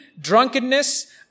drunkenness